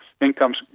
incomes